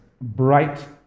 bright